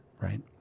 right